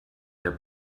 der